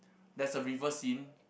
there's a river scene